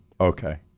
okay